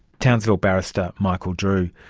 townsville barrister michael drew.